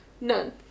None